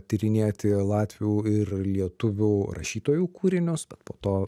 tyrinėti latvių ir lietuvių rašytojų kūrinius bet po to